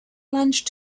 lunch